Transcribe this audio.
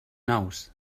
nous